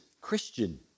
Christian